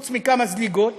חוץ מכמה זליגות,